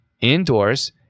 indoors